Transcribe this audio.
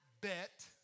Bet